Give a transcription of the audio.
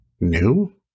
new